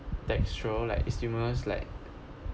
textual like it stimulus like